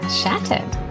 shattered